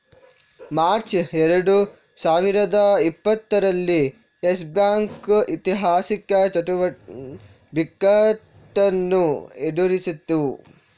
March ಎರಡು ಸಾವಿರದ ಇಪ್ಪತ್ತರಲ್ಲಿ ಯೆಸ್ ಬ್ಯಾಂಕ್ ಐತಿಹಾಸಿಕ ಬಿಕ್ಕಟ್ಟನ್ನು ಎದುರಿಸಿತು